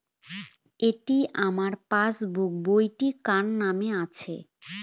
এটি আমার পাসবুক বইটি কার নামে আছে?